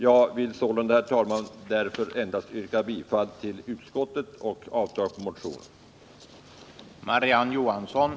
Jag vill därför, herr talman, endast yrka bifall till utskottets hemställan och avslag på motionen.